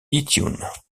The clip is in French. itunes